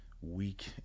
weak